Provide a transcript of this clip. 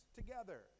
together